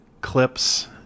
Clips